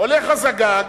הולך הזגג,